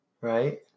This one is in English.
right